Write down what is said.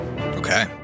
Okay